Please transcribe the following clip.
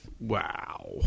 Wow